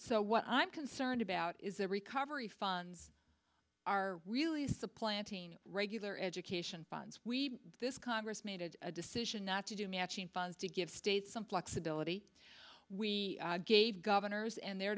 so what i'm concerned about is the recovery funds are really supplanting regular education funds we this congress made a decision not to do matching funds to give states some flexibility we gave governors and their